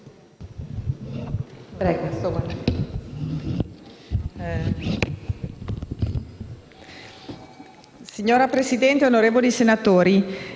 Signora Presidente, onorevoli senatori,